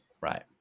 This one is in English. Right